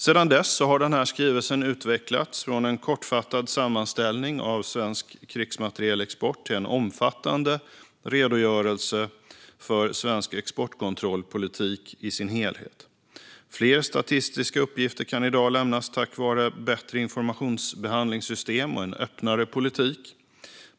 Sedan dess har skrivelsen utvecklats från en kortfattad sammanställning av svensk krigsmaterielexport till en omfattande redogörelse för svensk exportkontrollpolitik i sin helhet. Fler statistiska uppgifter kan i dag lämnas tack vare bättre informationsbehandlingssystem och en öppnare politik.